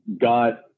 got